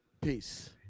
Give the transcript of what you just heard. Peace